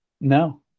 No